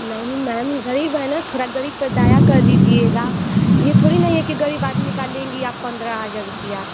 नहीं मैम गरीब हैं ना थोड़ा गरीब पर दया कर लीजिएगा यह थोड़ी नहीं है कि गरीब आदमी का लेंगी आप पंद्रह हज़ार रुपया